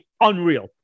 unreal